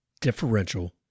differential